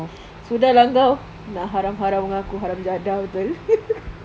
sudah lah kau nak haram haram dengan aku haram jadah betul